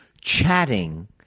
chatting